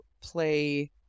play